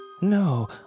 No